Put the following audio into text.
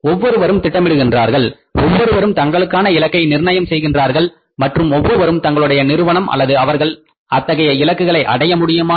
ஒவ்வொருவரும் திட்டமிடுகிறார்கள் ஒவ்வொருவரும் தங்களுக்கான இலக்கை நிர்ணயம் செய்கின்றார்கள் மற்றும் ஒவ்வொருவரும் தங்களுடைய நிறுவனம் அல்லது அவர்கள் அத்தகைய இலக்குகளை அடைய முடியுமா